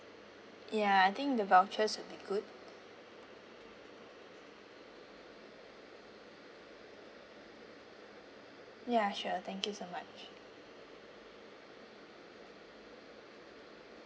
ya I think the vouchers will be good ya sure thank you so much